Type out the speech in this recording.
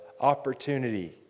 opportunity